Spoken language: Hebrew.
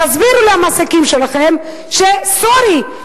תסבירו למעסיקים שלכם ש-sorry,